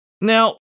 Now